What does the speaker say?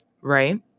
right